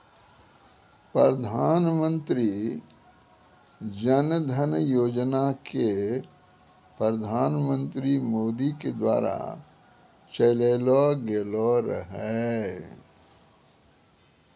प्रधानमन्त्री जन धन योजना के प्रधानमन्त्री मोदी के द्वारा चलैलो गेलो रहै